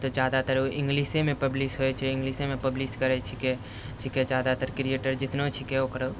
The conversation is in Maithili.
तऽ जादातर इंगलिशेमे पब्लिश होइ छै इंगलिशेमे पब्लिश करै छिकै छिकै जादातर क्रिएटर जितना छिकै ओकरो